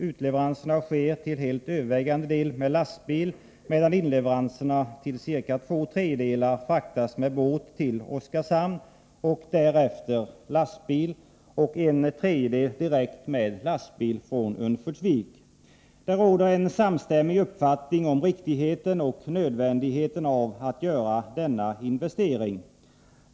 Utleveranserna sker till helt övervägande del med lastbil, medan inleveranserna till ca två tredjedelar sker med båt till Oskarshamn och därefter med lastbil och till en tredjedel direkt med lastbil från Örnsköldsvik. Det råder en samstämmig uppfattning om att denna investering är riktig och nödvändig.